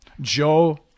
Joe